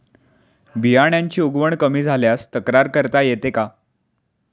बियाण्यांची उगवण कमी झाल्यास तक्रार करता येते का?